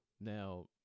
now